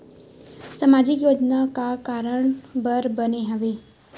सामाजिक योजना का कारण बर बने हवे?